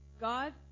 God